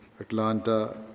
Atlanta